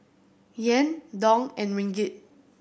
Yen Dong and Ringgit